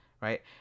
right